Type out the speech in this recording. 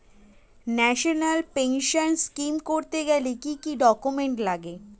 National pension scheme করতে গেলে কি কি ডকুমেন্ট লাগে?